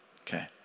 Okay